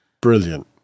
Brilliant